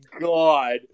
god